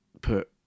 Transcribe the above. put